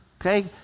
okay